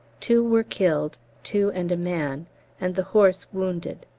two were killed two and a man and the horse wounded.